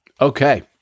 okay